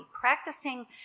practicing